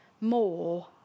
more